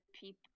people